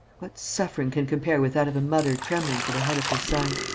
what suffering can compare with that of a mother trembling for the head of her son?